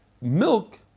milk